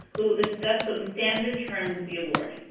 who will discuss some standards terms of the award.